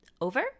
over